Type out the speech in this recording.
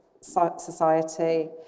society